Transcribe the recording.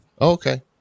Okay